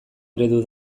eredu